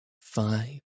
five